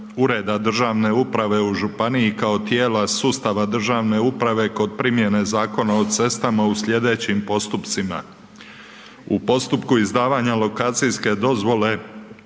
Ureda državne uprave u županiji kao tijela sustava državne uprave kod primjene Zakona o cestama u sljedećim postupcima: - u postupku izdavanja lokacijske dozvole